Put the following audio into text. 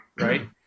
right